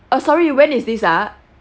uh sorry you when is this ah